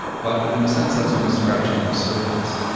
but in a sense that's only scratching the surface.